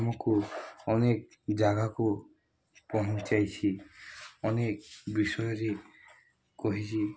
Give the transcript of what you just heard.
ଆମକୁ ଅନେକ ଜାଗାକୁ ପହଞ୍ଚାଇଛି ଅନେକ ବିଷୟରେ କହିଛି